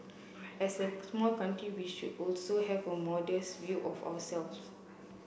as a small country we should also have a modest view of ourselves